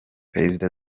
perezida